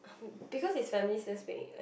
because his family still speak in like